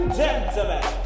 gentlemen